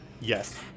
Yes